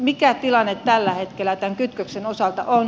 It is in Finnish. mikä tilanne tällä hetkellä tämän kytköksen osalta on